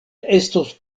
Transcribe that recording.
estos